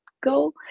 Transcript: go